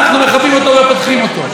אנחנו מכבים אותו ופותחים אותו.